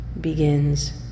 begins